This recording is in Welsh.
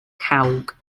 cawg